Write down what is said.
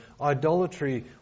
idolatry